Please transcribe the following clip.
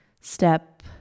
Step